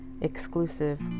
exclusive